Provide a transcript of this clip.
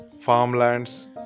farmlands